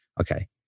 Okay